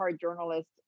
journalist